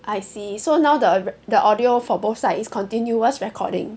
I see so now the the audio for both sides is continuous recording